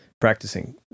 practicing